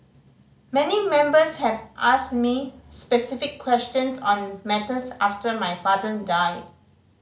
many members have asked me specific questions on matters after my father died